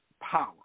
power